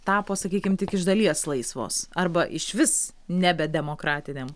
tapo sakykim tik iš dalies laisvos arba išvis nebe demokratinėm